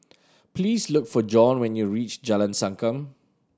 please look for John when you reach Jalan Sankam